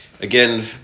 again